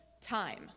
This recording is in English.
time